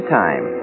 time